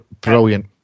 Brilliant